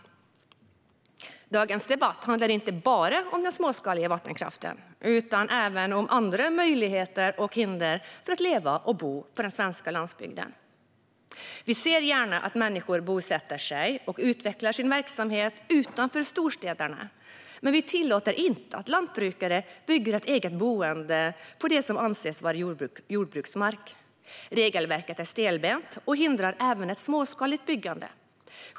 Dagens debatt handlar inte bara om den småskaliga vattenkraften utan även om andra möjligheter och hinder för att leva och bo på den svenska landsbygden. Vi ser gärna att människor bosätter sig och utvecklar sin verksamhet utanför storstäderna, men vi tillåter inte att en lantbrukare bygger ett eget boende på det som anses vara jordbruksmark. Regelverket är stelbent och hindrar även ett småskaligt byggande.